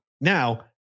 now